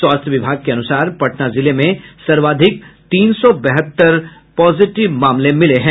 स्वास्थ्य विभाग ने अनुसार पटना जिले में सर्वाधिक तीन सौ बहत्तर पॉजिटिव मामले मिले हैं